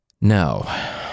No